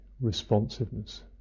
responsiveness